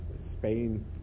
Spain